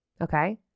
Okay